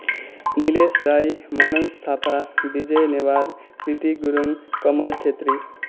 Nilesh Rai Manoj Thapa Vijay Newar Priti Gurung Kamal Chhetri